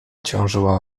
ciążyła